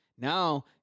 Now